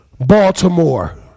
Baltimore